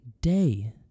day